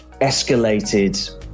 escalated